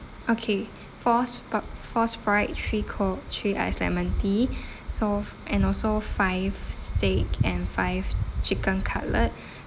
okay four spr~ four sprite three coke three ice lemon tea so f~ and also five steak and five chicken cutlet